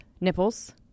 nipples